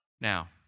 Now